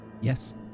Yes